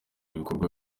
ibikorwa